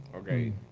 Okay